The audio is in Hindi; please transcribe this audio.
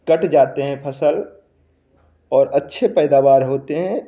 कट जाते हैं फसल और अच्छे पैदावार होते हैं